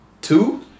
Two